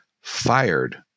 fired